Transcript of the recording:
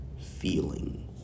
feeling